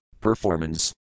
performance